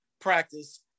practice